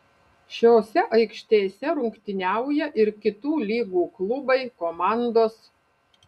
šiose aikštėse rungtyniauja ir kitų lygų klubai komandos